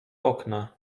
okna